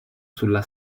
sulla